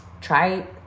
try